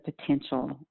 potential